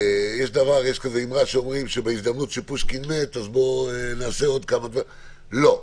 יש אמרה שבהזדמנות שפושקין מת בואו נעשה עוד כמה דברים לא,